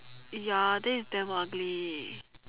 ya then it's damn ugly